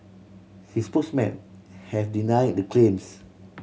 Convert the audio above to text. his spokesmen have denied the claims